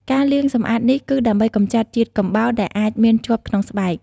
ការលាងសម្អាតនេះគឺដើម្បីកម្ចាត់ជាតិកំបោរដែលអាចមានជាប់ក្នុងស្បែក។